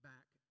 back